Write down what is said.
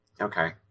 okay